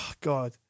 God